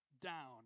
down